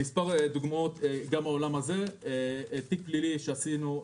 מספר דוגמאות גם בעולם הזה: תיק פלילי שעשינו,